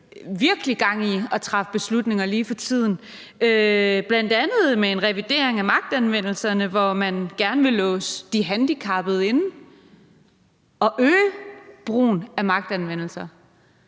virkelig gang i at træffe beslutninger lige for tiden, bl.a. med en revidering af magtanvendelsesreglerne, hvor man gerne vil låse de handicappede inde og øge brugen af magtanvendelse.